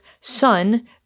son